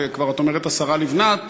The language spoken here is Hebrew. ואת אומרת שהשרה לבנת,